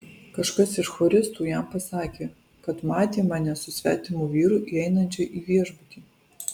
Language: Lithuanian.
kažkas iš choristų jam pasakė kad matė mane su svetimu vyru įeinančią į viešbutį